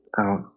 out